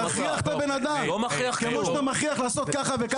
תכריח את הבן אדם, כפי שאתה מכריח לעשות כך וכך.